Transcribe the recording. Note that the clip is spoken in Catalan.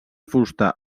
fusta